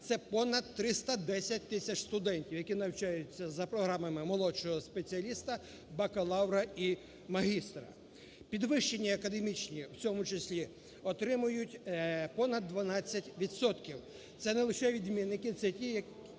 це понад 310 тисяч студентів, які навчаються за програмами молодшого спеціаліста, бакалавра і магістра. Підвищення академічні в цьому числі отримують понад 12 відсотків, це не лише відмінники, це ті, які